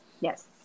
Yes